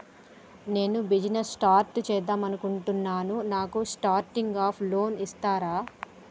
నేను business start చేద్దామనుకుంటున్నాను నాకు స్టార్టింగ్ అప్ లోన్ ఇస్తారా?